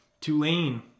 Tulane